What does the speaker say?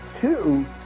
two